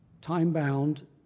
time-bound